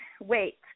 wait